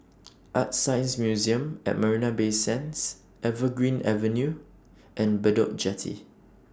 ArtScience Museum At Marina Bay Sands Evergreen Avenue and Bedok Jetty